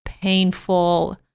painful